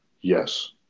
Yes